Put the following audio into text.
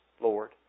Lord